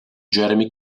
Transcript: jeremy